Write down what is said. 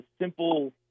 simple